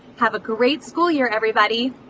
have a great school year, everybody.